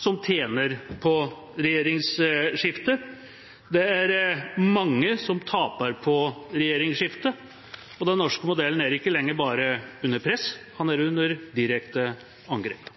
som tjener på regjeringsskiftet. Det er mange som taper på regjeringsskiftet. Den norske modellen er ikke lenger bare under press. Den er under direkte angrep.